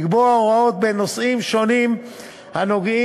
לקבוע הוראות בנושאים שונים הנוגעים,